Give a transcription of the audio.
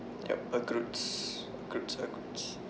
yup